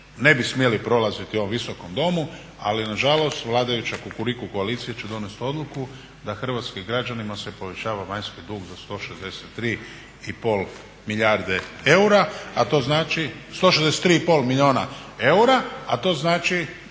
ne bi smjeli prolaziti u ovom Visokom domu. Ali nažalost vladajuća Kukuriku koalicija će donijeti odluku da hrvatskim građanima se povećava vanjski dug za 163,5 milijuna eura, a to znači